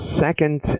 Second